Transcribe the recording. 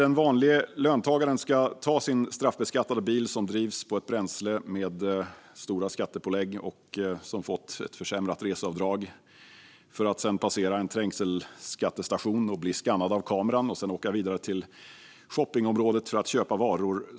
En vanlig löntagare med försämrat reseavdrag tar sin straffbeskattade bil som drivs på ett bränsle med stora skattepålägg, passerar en trängselskattestation och blir skannad av kameran på väg till shoppingområdet för att köpa varor.